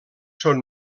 són